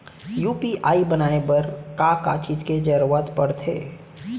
UPI बनाए बर का का चीज के जरवत पड़थे?